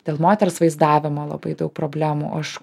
dėl moters vaizdavimo labai daug problemų aš